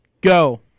go